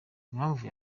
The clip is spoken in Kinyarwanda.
impamvu